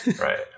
Right